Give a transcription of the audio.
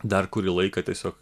dar kurį laiką tiesiog